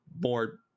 more